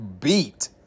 beat